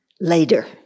later